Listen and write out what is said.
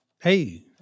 Hey